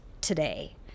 today